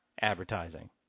advertising